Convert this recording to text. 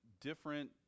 different